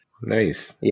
Nice